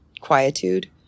quietude